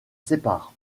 séparent